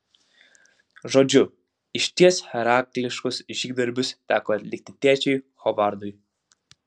žodžiu išties herakliškus žygdarbius teko atlikti tėčiui hovardui